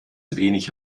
wenig